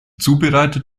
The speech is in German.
zubereitet